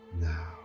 now